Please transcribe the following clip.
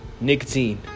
nicotine